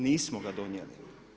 Nismo ga donijeli.